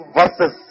verses